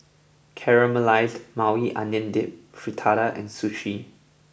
Caramelized Maui Onion Dip Fritada and Sushi